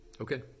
Okay